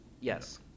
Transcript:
Yes